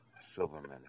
Silverman